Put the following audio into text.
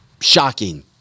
Shocking